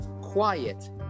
quiet